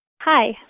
Hi